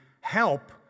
help